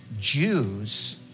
Jews